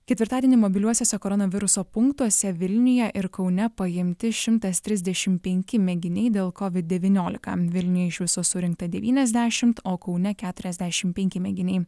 ketvirtadienį mobiliuosiuose koronaviruso punktuose vilniuje ir kaune paimti šimtas trisdešim penki mėginiai dėl covid devyniolika vilniuj iš viso surinkta devyniasdešimt o kaune keturiasdešim penki mėginiai